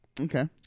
Okay